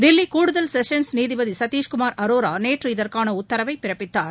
தில்லி கூடுதல் செஸன்ஸ் நீதிபதி சதீஷ் குமார் அரோரா நேற்று இதற்கான உத்தரவை பிறப்பித்தார்